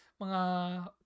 mga